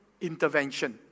intervention